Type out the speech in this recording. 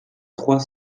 trois